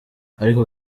ariko